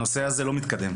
הנושא הזה לא מתקדם.